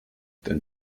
dein